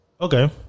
okay